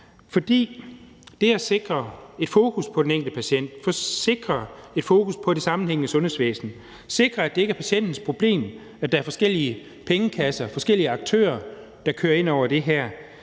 fordi det at sikre et fokus på den enkelte patient, sikre et fokus på det sammenhængende sundhedsvæsen, sikre, at det ikke er patientens problem, at der er forskellige pengekasser, forskellige aktører, der kører ind over det her,